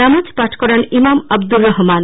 নামাজ পাঠ করান ইমাম আব্দুর রহমান